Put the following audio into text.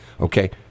Okay